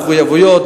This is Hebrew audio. מחויבויות,